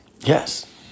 Yes